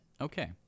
Okay